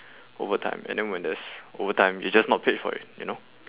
overtime and then when there's overtime you're just not paid for it you know